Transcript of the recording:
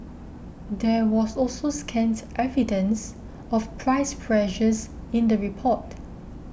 there was also scant evidence of price pressures in the report